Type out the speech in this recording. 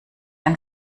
ein